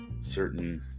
certain